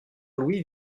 louis